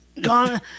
gone